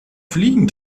fliegen